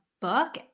book